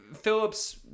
Phillips